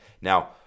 now